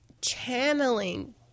channeling